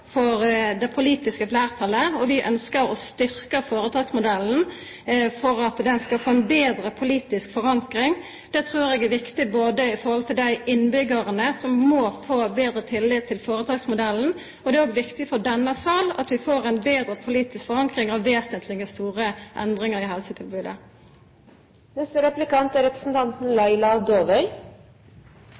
for det politiske fleirtalet, og vi ønskjer å styrkja føretaksmodellen for at han skal få ei betre politisk forankring. Det trur eg er viktig for innbyggjarane, som må få betre tillit til føretaksmodellen, og det er viktig for denne salen at vi får ei betre politisk forankring av vesentlege, store endringar i helsetilbodet. Jeg skal fortsette på samme spor – men Kristelig Folkeparti er